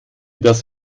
das